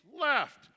left